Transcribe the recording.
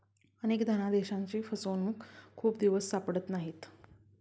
अनेक धनादेशांची फसवणूक खूप दिवस सापडत नाहीत